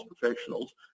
professionals